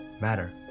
matter